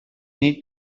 need